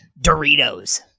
Doritos